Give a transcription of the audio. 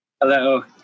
Hello